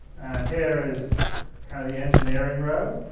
and here is kind of the engineering row.